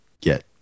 get